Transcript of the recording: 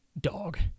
dog